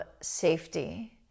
safety